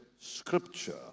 Scripture